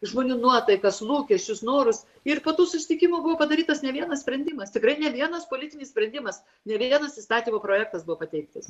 žmonių nuotaikas lūkesčius norus ir po tų susitikimų buvo padarytas ne vienas sprendimas tikrai ne vienas politinis sprendimas ne vienas įstatymo projektas buvo pateiktas